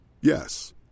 Yes